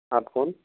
آپ کون